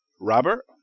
Robert